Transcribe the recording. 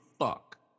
fuck